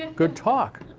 and good talk.